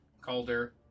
Calder